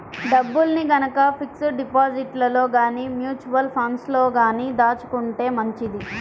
డబ్బుల్ని గనక ఫిక్స్డ్ డిపాజిట్లలో గానీ, మ్యూచువల్ ఫండ్లలో గానీ దాచుకుంటే మంచిది